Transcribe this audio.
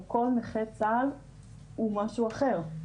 כל נכה צה"ל הוא משהו אחר.